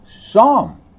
psalm